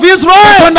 Israel